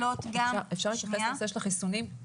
אפשר להתייחס לנושא של החיסונים?